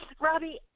Robbie